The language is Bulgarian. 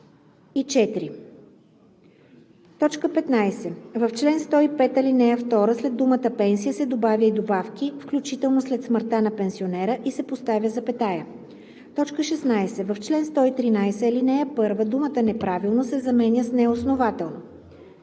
104.“ 15. В чл. 105, ал. 2 след думата „пенсия“ се добавя „и добавки, включително след смъртта на пенсионера“ и се поставя запетая. 16. В чл. 113, ал. 1 думата „неправилно“ се заменя с „неоснователно“.